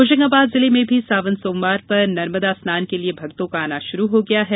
होशंगाबाद जिले में भी सावन सोमवार पर नर्मदा स्नान के लिये भक्तों का आना शुरू हो गया है